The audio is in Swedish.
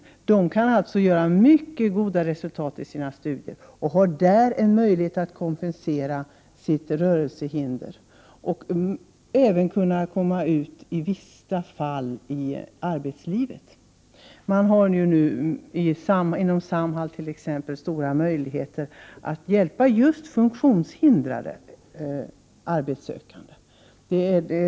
Rörelsehindrade ungdomar kan åstadkomma mycket goda resultat när det gäller studier, och de har där en möjlighet att kompensera sitt rörelsehinder, och även i vissa fall kunna komma ut i arbetslivet. Inom t.ex. Samhall finns det bättre förutsättningar att hjälpa just arbetssökande med funktionshinder än arbetssökande med andra skador.